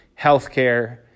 healthcare